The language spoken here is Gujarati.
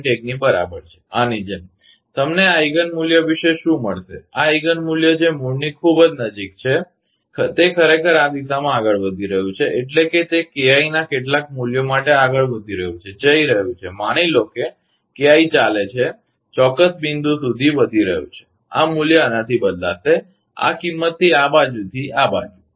1 ની બરાબર છે આની જેમ તમને આ આઈગન મૂલ્ય વિશે શું મળશે આ આઈગિન મૂલ્ય જે મૂળની ખૂબ નજીક છે તે ખરેખર આ દિશામાં આગળ વધી રહ્યું છે એટલે કે તે KI ના કેટલાક મૂલ્ય માટે આગળ વધી રહ્યું છે જઈ રહ્યું છે માની લો કે KI ચાલે છે ચોક્કસ બિંદુ સુધી વધી રહ્યું છે આ મૂલ્ય આનાથી બદલાશે આ કિંમતથી આ બાજુથી આ બાજુ